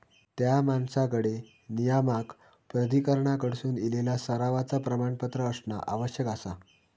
त्या माणसाकडे नियामक प्राधिकरणाकडसून इलेला सरावाचा प्रमाणपत्र असणा आवश्यक आसा